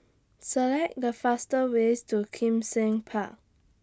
Select The fastest Way to Kim Seng Park